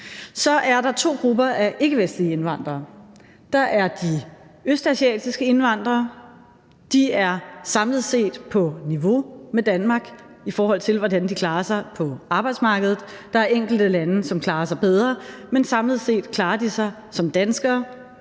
Så er der to grupper af ikkevestlige indvandrere. Der er de østasiatiske indvandrere. De er samlet set på niveau med Danmark, i forhold til hvordan de klarer sig på arbejdsmarkedet. Der er enkelte lande, som klarer sig bedre, men samlet set klarer de sig som danskere,